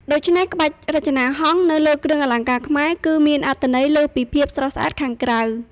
ដូច្នេះក្បាច់រចនាហង្សនៅលើគ្រឿងអលង្ការខ្មែរ គឺមានអត្ថន័យលើសពីភាពស្រស់ស្អាតខាងក្រៅ។